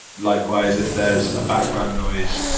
likewise, if there's a background noise,